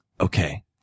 Okay